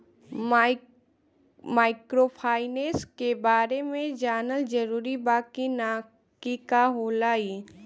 Microfinance के बारे में जानल जरूरी बा की का होला ई?